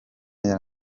yari